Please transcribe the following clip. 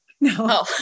no